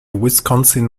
wisconsin